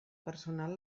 personal